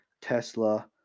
Tesla